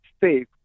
safe